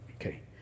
Okay